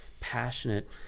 passionate